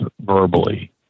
verbally